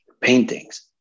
paintings